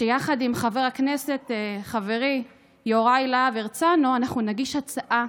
שיחד עם חבר הכנסת חברי יוראי להב הרצנו אנחנו נגיש הצעה